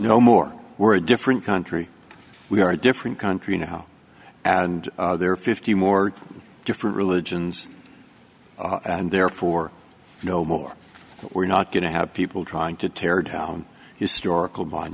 no more we're a different country we are a different country now and there are fifty more different religions and therefore no more we're not going to have people trying to tear down historical